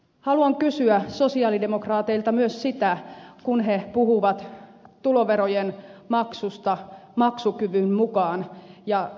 haluan kysyä sosialidemokraateilta myös sitä kun he puhuvat tuloverojen maksusta maksukyvyn mukaan ja myös ed